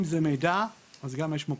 אם זה למידע, יש מוקד